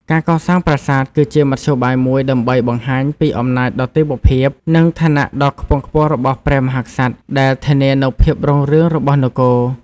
ការកសាងប្រាសាទ គឺជាមធ្យោបាយមួយដើម្បីបង្ហាញពីអំណាចដ៏ទេវភាព និងឋានៈដ៏ខ្ពង់ខ្ពស់របស់ព្រះមហាក្សត្រ ដែលធានានូវភាពរុងរឿងរបស់នគរ។